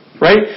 Right